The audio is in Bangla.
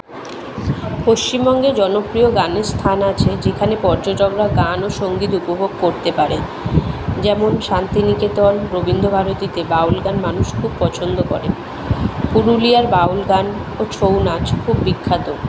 পশ্চিমবঙ্গে জনপ্রিয় গানের স্থান আছে যেখানে পর্যটকরা গান ও সংগীত উপভোগ করতে পারে যেমন শান্তিনিকেতন রবীন্দ্রভারতীতে বাউল গান মানুষ খুব পছন্দ করে পুরুলিয়ার বাউল গান ও ছৌ নাচ খুব বিখ্যাত